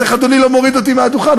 אז איך אדוני לא מוריד אותי מהדוכן?